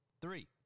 Three